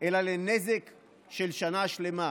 אלא לנזק של שנה שלמה.